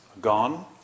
gone